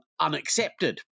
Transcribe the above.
unaccepted